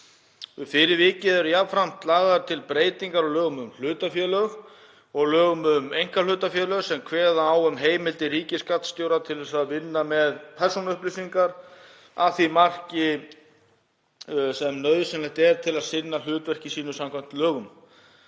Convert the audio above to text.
Fyrir vikið eru jafnframt lagðar til breytingar á lögum um hlutafélög og lögum um einkahlutafélög sem kveða á um heimildir ríkisskattstjóra til að vinna með persónuupplýsingar að því marki sem nauðsynlegt er til að sinna hlutverki sínu samkvæmt lögunum.